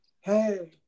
hey